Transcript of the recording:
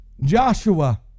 Joshua